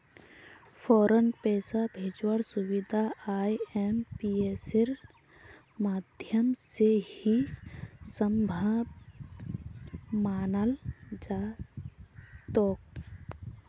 फौरन पैसा भेजवार सुबिधा आईएमपीएसेर माध्यम से ही सम्भब मनाल जातोक